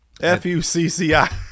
F-U-C-C-I